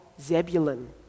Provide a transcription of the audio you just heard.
Zebulun